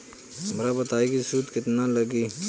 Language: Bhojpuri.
हमका बताई कि सूद केतना लागी?